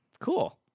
Cool